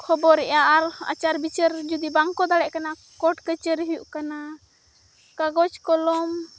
ᱠᱷᱚᱵᱚᱨᱮᱫᱼᱟ ᱟᱨ ᱟᱪᱟᱨᱼᱵᱤᱪᱟᱹᱨ ᱡᱩᱫᱤ ᱵᱟᱝᱠᱚ ᱰᱟᱲᱮᱭᱟᱜ ᱠᱟᱱᱟ ᱠᱳᱴ ᱠᱟᱹᱪᱟᱹᱨᱤ ᱦᱩᱭᱩᱜ ᱠᱟᱱᱟ ᱠᱟᱜᱚᱡᱽ ᱠᱚᱞᱚᱢ